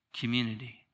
community